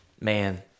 man